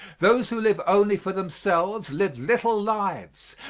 those who live only for themselves live little lives,